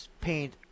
paint